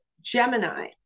Gemini